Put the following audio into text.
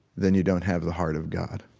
then you don't have the heart of god